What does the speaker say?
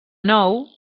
nou